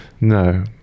No